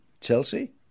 Chelsea